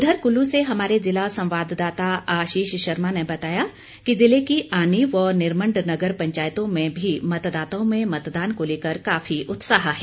उधर कुल्लू से हमारे जिला संवाददाता आशीष शर्मा ने बताया कि जिले की आनी व निरमंड नगर पंचायतों में भी मतदाताओं में मतदान को लेकर काफी उत्साह है